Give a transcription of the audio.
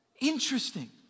Interesting